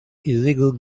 illegal